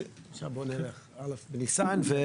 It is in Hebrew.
בואו נלך על א' בניסן.